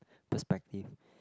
perspective